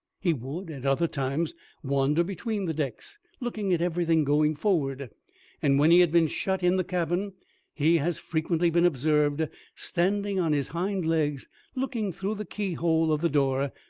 he would at other times wander between the decks, looking at everything going forward and when he had been shut in the cabin he has frequently been observed standing on his hind legs looking through the keyhole of the door,